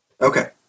Okay